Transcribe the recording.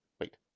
Wait